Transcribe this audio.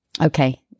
okay